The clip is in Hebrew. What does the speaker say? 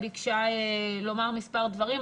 ביקשה לומר מספר דברים.